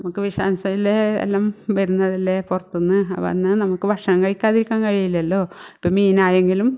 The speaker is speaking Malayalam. നമുക്ക് വിഷാംശം അല്ലെ എല്ലാം വരുന്നതല്ലേ പുറത്തെന്ന് വന്നാൽ നമുക്ക് ഭക്ഷണം കഴിക്കാതിരിക്കാൻ കഴിയൂല്ലല്ലോ ഇപ്പം മീനായെങ്കിലും